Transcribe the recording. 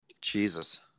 Jesus